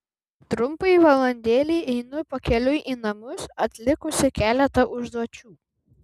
trumpai valandėlei einu pakeliui į namus atlikusi keletą užduočių